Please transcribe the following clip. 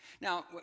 Now